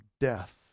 death